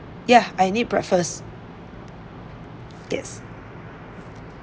ya I need breakfast yes